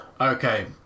Okay